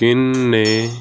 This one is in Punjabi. ਕਿੰਨੇ